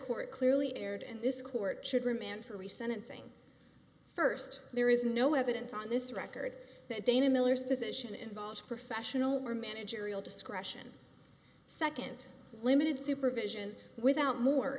court clearly erred in this court should remand for recent saying first there is no evidence on this record that dana miller's position involves professional or managerial discretion second limited supervision without more